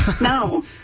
No